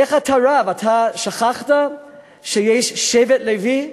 איך אתה, רב, אתה שכחת שיש שבט לוי?